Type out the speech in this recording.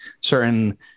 certain